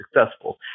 successful